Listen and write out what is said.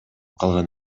калган